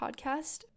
podcast